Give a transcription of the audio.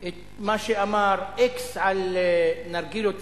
את מה שאמר x על נרגילות וסושי,